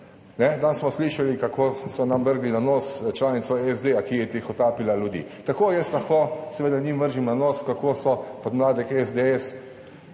Danes smo slišali kako so nam vrgli na nos članico SD, ki je tihotapila ljudi, tako jaz lahko seveda njim vržem na nos, kako so podmladek SDS,